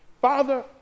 Father